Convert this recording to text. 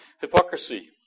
Hypocrisy